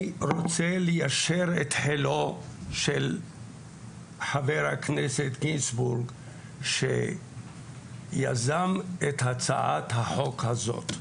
חילו של חבר הכנסת גינזבורג שיזם את הצעת החוק הזאת,